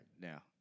Now